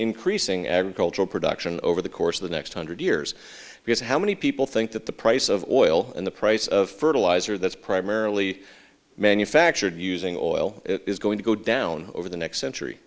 increasing agricultural production over the course of the next hundred years because how many people think that the price of oil and the price of fertilizer that's primarily manufactured using oil is going to go down over the next century